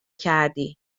کردی